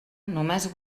només